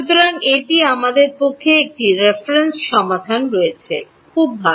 সুতরাং এটি আমাদের পক্ষে একটি রেফারেন্স সমাধান রয়েছে খুব ভাল